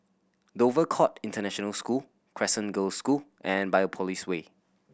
Dover Court International School Crescent Girls' School and Biopolis Way